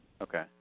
Okay